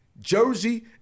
Jersey